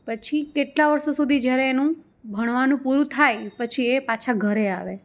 પછી કેટલા વર્ષો સુધી જ્યારે એનું ભણવાનું પૂરું થાય પછી એ પાછા ઘરે આવે